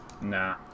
Nah